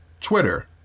Twitter